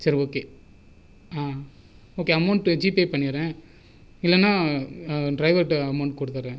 சரிங்க okay okay amount GPay பண்ணிகிறேன் இல்லேன்னா டிரைவர்கிட்ட அமௌன்ட் கொடுத்தறேன்